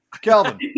Calvin